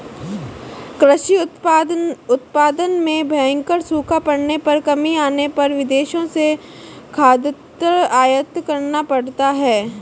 कृषि उत्पादन में भयंकर सूखा पड़ने पर कमी आने पर विदेशों से खाद्यान्न आयात करना पड़ता है